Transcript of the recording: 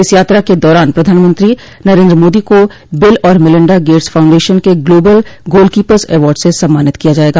इस यात्रा के दौरान प्रधानमंत्री नरेन्द्र मोदी को बिल और मेलिंडा गेट स फाउंडेशन को ग्लोबल गोलकीपर्स अवार्ड से सम्मानित किया जाएगा